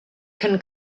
can